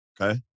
Okay